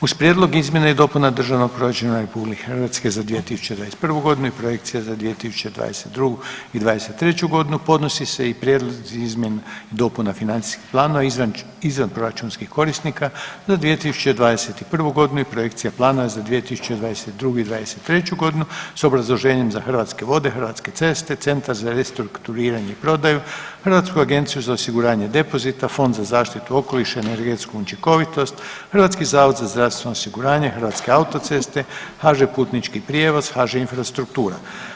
Uz Prijedlog izmjena i dopuna Državnog proračuna RH za 2021. godinu i projekcija za 2022. i 2023. godinu podnosi se i prijedlozi izmjena i dopuna financijskih planova izvanproračunskih korisnika za 2021. godinu i projekcija plana za 2022. i 2023. godinu, s obrazloženjem za Hrvatske vode, Hrvatske ceste, Centar za restrukturiranje i prodaju, Hrvatsku agenciju za osiguranje depozita, Fond za zaštitu okoliša i energetsku učinkovitost, Hrvatski zavod za zdravstveno osiguranje, Hrvatske autoceste, HŽ Putnički prijevoz, HŽ Infrastruktura.